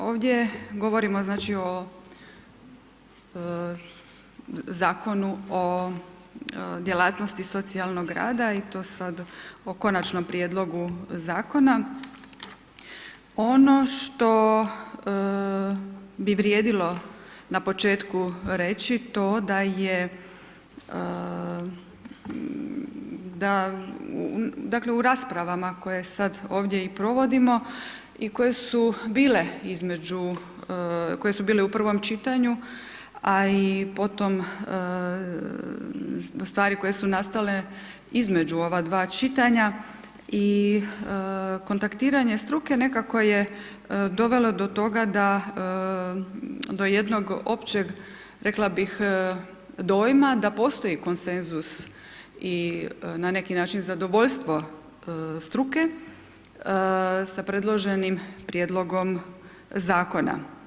Ovdje govorimo znači o, Zakonu o djelatnosti socijalnog rada i to sad o Konačnom prijedlogu Zakona, ono što bi vrijedilo na početku reći, to da je, da, dakle u raspravama koje sad ovdje i provodimo, i koje su bile između, koje su bile u prvom čitanju, a i potom stvari koje su nastale između ova dva čitanja, i kontaktiranje struke, nekako je dovelo do toga da, do jednog općeg, rekla bih dojma da postoji konsenzus i na neki način zadovoljstvo struke sa predloženim Prijedlogom Zakona.